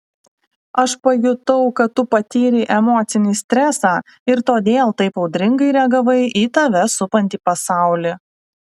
aš pajutau kad tu patyrei emocinį stresą ir todėl taip audringai reagavai į tave supantį pasaulį